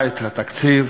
הספרדים,